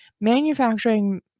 Manufacturing